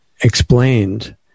explained